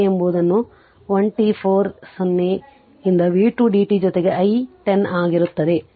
i ಎಂಬುದು 1 t 4 0 ರಿಂದ v 2 dt ಜೊತೆಗೆ i 1 0 ಆಗಿರುತ್ತದೆ